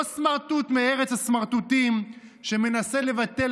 לא סמרטוט מארץ הסמרטוטים שמנסה לבטל